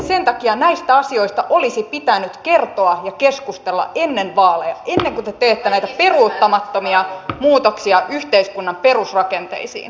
sen takia näistä asioista olisi pitänyt kertoa ja keskustella ennen vaaleja ennen kuin te teette näitä peruuttamattomia muutoksia yhteiskunnan perusrakenteisiin